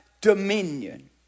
dominion